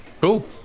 Cool